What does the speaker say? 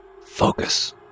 focus